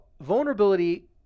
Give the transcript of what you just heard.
vulnerability